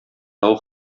тау